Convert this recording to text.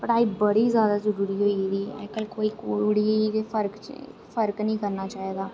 पढ़ाई बड़ी जादा जरूरी होई गेदी ऐ अज्जकल कोई कुड़ी च फर्क फर्क नेईं करना चाहिदा